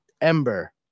Ember